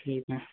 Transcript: ਠੀਕ ਹੈ